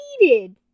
needed